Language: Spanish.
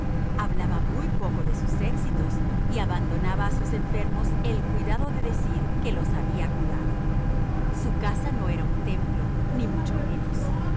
hablaba muy poco de sus éxitos y abandonaba a sus enfermos el cuidado de decir que los había curado su casa no era un templo ni mucho menos